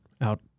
out